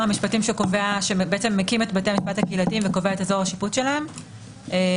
המשפטים שאומר בית משפט קהילתי באזור שיפוט איקס.